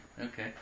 Okay